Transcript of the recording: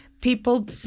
People